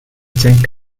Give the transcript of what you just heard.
take